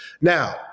Now